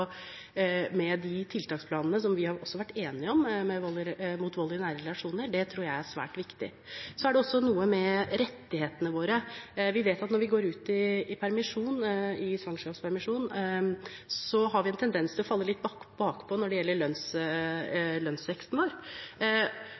de tiltaksplanene som også vi har vært enig i, om vold i nære relasjoner, tror jeg er svært viktig. Så har det også noe å gjøre med rettighetene våre. Vi vet at når vi kvinner går ut i svangerskapspermisjon, har vi en tendens til å falle litt bakpå når det gjelder